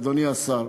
אדוני השר.